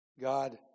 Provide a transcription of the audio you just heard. God